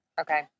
okay